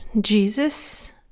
Jesus